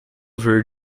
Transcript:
ver